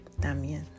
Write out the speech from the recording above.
también